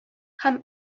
һәм